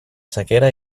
sequera